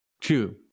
Two